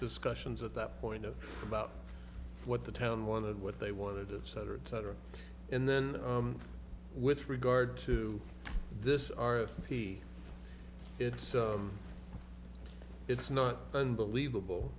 discussions at that point of about what the town wanted what they wanted it cetera et cetera and then with regard to this are it's it's not unbelievable